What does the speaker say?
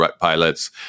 pilots